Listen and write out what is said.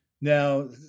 Now